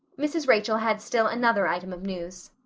mrs. rachel had still another item of news.